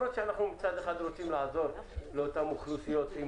אנחנו רוצים מצד אחד לעזור לאותן אוכלוסיות עם